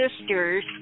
sisters